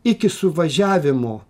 iki suvažiavimo